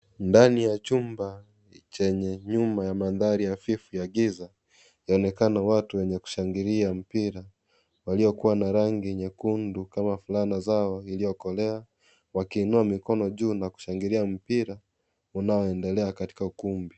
Ndani ya chumba chenye nyumba ya mandhari hafifu ya giza. Yaonekana watu wenye kushangilia mpira walio kuwa na rangi nyekundu kama fulana zao iliyokolea wakiinua mikono juu na kushangilia mpira unaoendelea katika ukumbi.